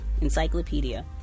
encyclopedia